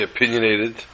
Opinionated